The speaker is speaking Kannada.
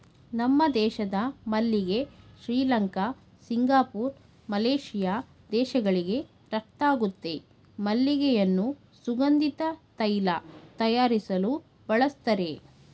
ನಮ್ಮ ದೇಶದ ಮಲ್ಲಿಗೆ ಶ್ರೀಲಂಕಾ ಸಿಂಗಪೂರ್ ಮಲೇಶಿಯಾ ದೇಶಗಳಿಗೆ ರಫ್ತಾಗುತ್ತೆ ಮಲ್ಲಿಗೆಯನ್ನು ಸುಗಂಧಿತ ತೈಲ ತಯಾರಿಸಲು ಬಳಸ್ತರೆ